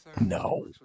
No